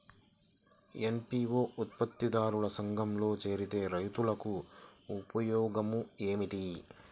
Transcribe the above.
FPO ఉత్పత్తి దారుల సంఘములో చేరితే రైతులకు ఉపయోగము ఏమిటి?